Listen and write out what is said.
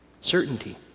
Certainty